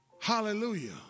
Hallelujah